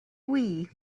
wii